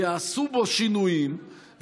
וייעשו בו שינויים,